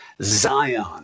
Zion